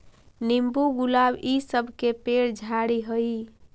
नींबू, गुलाब इ सब के पेड़ झाड़ि हई